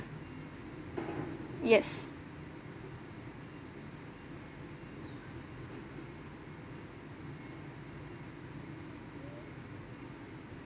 yes